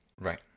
Right